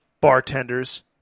bartenders